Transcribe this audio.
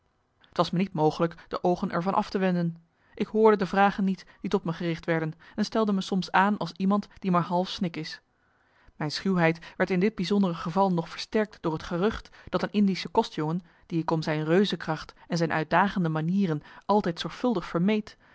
t was me niet mogelijk de oogen er van af te wenden ik hoorde de vragen niet die tot me gericht werden en stelde me soms aan als iemand die maar half snik is mijn marcellus emants een nagelaten bekentenis schuwheid werd in dit bijzondere geval nog versterkt door het gerucht dat een indische kostjongen die ik om zijn reuzekracht en zijn uitdagende manieren altijd zorgvuldig vermeed